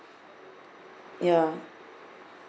ya